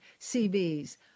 CBs